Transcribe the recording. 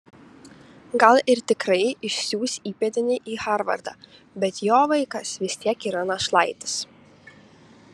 gal ir tikrai išsiųs įpėdinį į harvardą bet jo vaikas vis tiek yra našlaitis